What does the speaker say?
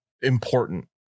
important